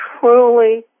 truly